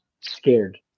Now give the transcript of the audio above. scared